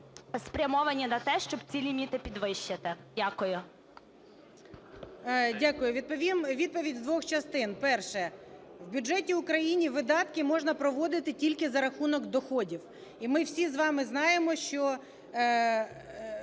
спрямовані на те, щоб ці ліміти підвищити. Дякую. 10:34:43 МАРКАРОВА О.С. Дякую. Дам відповідь з двох частин. Перше. В бюджеті України видатки можна проводити тільки за рахунок доходів. І ми всі з вами знаємо, що